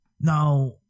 Now